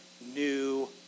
new